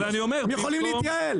הם יכולים להתייעל.